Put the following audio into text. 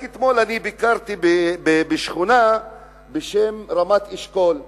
רק אתמול ביקרתי בשכונה בשם רמת-אשכול בלוד,